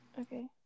Okay